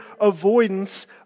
avoidance